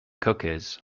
cookies